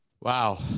Wow